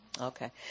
Okay